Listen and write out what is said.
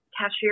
cashier